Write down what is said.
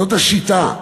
זאת השיטה.